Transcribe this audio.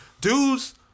Dudes